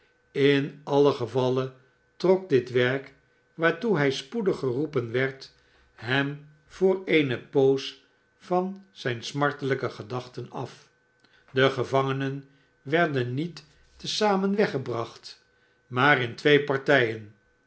in alien gevalle trok dit werk waartoe hij spoedig geroepen werd hem voor eene poos van deze smartelijke gedachten af de gevangenen werden niet te zamen weggebracht maar in twee partijen